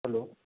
hello